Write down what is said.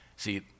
See